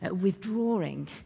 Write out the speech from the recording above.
withdrawing